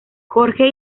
jorge